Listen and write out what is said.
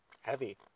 heavy